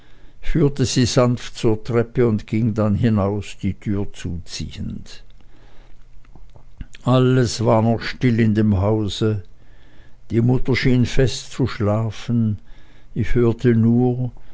führte sie sanft zur treppe und ging darauf hinaus die türe zuziehend alles war noch still in dem hause die mutter schien fest zu schlafen und ich hörte nur